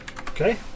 okay